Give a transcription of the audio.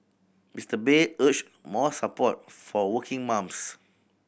Mister Bay urged more support for working mums